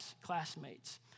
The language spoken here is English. classmates